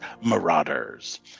Marauders